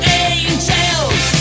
angels